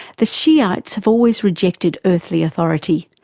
the shiites have always rejected earthly authority,